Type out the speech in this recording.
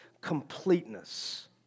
completeness